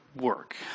work